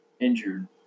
injured